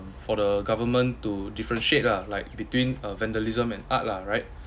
for the government to differentiate lah like between uh vandalism and art lah right